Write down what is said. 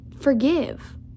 forgive